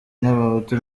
n’abahutu